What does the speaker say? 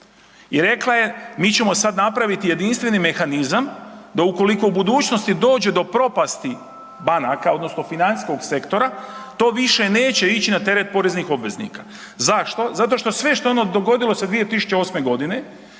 i rekla je mi ćemo sad napraviti jedinstveni mehanizam da ukoliko u budućnosti dođe do propasti banaka odnosno financijskog sektora to više neće ići na teret poreznih obveznika. Zašto? Zato što sve što ono dogodilo se 2008.g. išlo